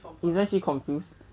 isn't she confused